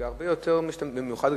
ובמיוחד,